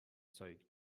zeug